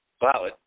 Wow